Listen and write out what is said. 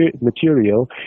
material